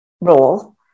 role